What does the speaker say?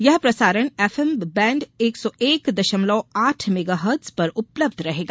ये प्रसारण FM band एक सौ एक दशमलव आठ मेगा हट्ज पर उपलब्ध रहेगा